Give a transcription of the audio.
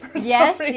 Yes